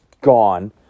gone